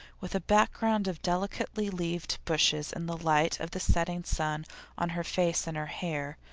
with a background of delicately leafed bushes and the light of the setting sun on her face and her hair,